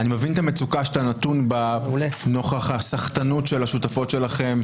אני מבין את המצוקה שאתה נתון בה נוכח הסחטנות של השותפות שלכם,